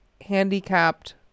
handicapped